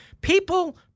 People